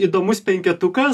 įdomus penketukas